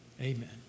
Amen